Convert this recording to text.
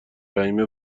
فهمیه